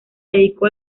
dedicó